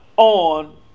on